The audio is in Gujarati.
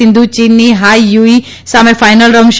સિન્ધુ યીનની હાઇ યૂઇ સામે ફાઇનલ રમશે